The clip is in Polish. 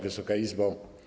Wysoka Izbo!